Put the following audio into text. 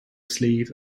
sleeve